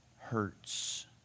hurts